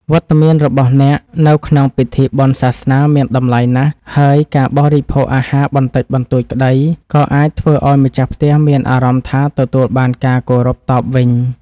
វត្តមានរបស់អ្នកនៅក្នុងពិធីបុណ្យសាសនាមានតម្លៃណាស់ ហើយការបរិភោគអាហារបន្តិចបន្តួចក្តី ក៏អាចធ្វើឱ្យម្ចាស់ផ្ទះមានអារម្មណ៍ថាទទួលបានការគោរពតបវិញ។